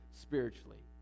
spiritually